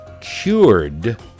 cured